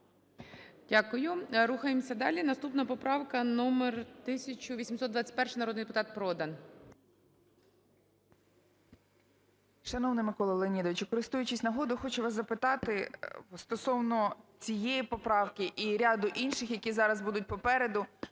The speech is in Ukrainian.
Дякую. Рухаємося далі. Наступна поправка номер 1821. Народний депутат Продан. 17:34:37 ПРОДАН О.П. Шановний Микола Леонідович, користуючись нагодою, хочу вас запитати стосовно цієї поправки і ряду інших, які зараз будуть попереду.